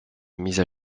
mise